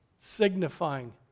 signifying